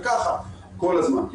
וכך כל הזמן.